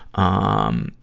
um,